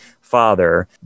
father